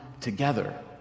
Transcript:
together